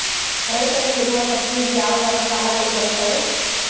ರೈತರಿಗೆ ಇರುವ ಸಬ್ಸಿಡಿ ಯಾವ ಯಾವ ಸಾಲಗಳು ಬರುತ್ತವೆ?